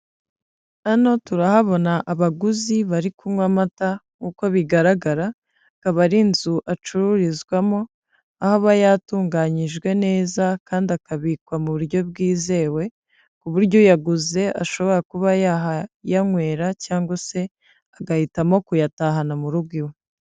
Hano turahabona abaguzi bari kunywa amata nk'uko bigaragara akaba ari inzu acururizwamo, aho aba yatunganyijwe neza kandi akabikwa mu buryo bwizewe, ku buryo yaguze ashobora kuba yahayanywera cyangwa se agahitamo kuyatahana mu rugo iwe.